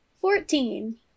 Fourteen